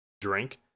drink